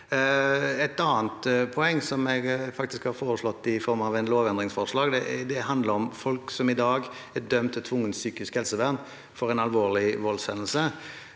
Et annet poeng, som jeg faktisk har foreslått i form av et lovendringsforslag, handler om at folk som i dag er dømt til tvungent psykisk helsevern for en alvorlig voldshendelse,